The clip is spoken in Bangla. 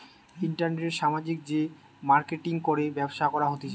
ইন্টারনেটে সামাজিক যে মার্কেটিঙ করে ব্যবসা করা হতিছে